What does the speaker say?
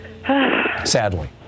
sadly